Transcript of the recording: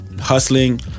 hustling